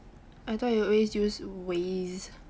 I thought you always use Waze